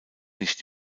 nicht